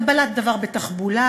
קבלת דבר בתחבולה,